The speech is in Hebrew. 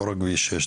לא רק כביש 6,